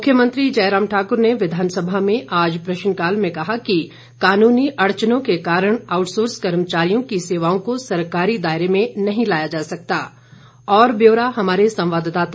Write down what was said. मुख्यमंत्री जयराम ठाकुर ने विधानसभा में आज प्रश्नकाल में कहा कि कानूनी अड़चनों के कारण आउटसोर्स कर्मचारियों की सेवाओं को सरकारी दायरे में नहीं लाया जा सकता